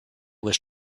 was